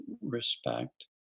respect